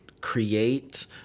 create